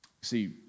See